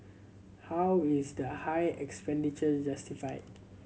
how is the high expenditure justified